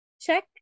check